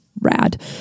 rad